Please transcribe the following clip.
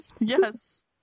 Yes